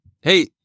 Hey